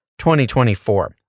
2024